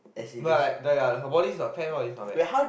no I like the yeah her body is on tan it's not bad